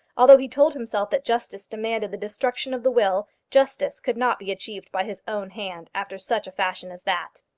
although he told himself that justice demanded the destruction of the will, justice could not be achieved by his own hand after such fashion as that.